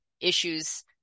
issues